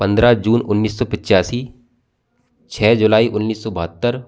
पंद्रह जून उन्नीस सौ पचासी छ जुलाई उन्नीस सौ बहत्तर